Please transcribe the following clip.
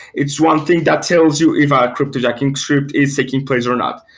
it's one thing that tells you if a cryptojacking script is taking place or not.